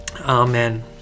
Amen